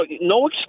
no